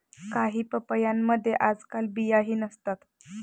काही पपयांमध्ये आजकाल बियाही नसतात